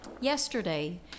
yesterday